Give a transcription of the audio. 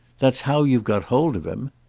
that's how you've got hold of him.